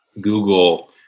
Google –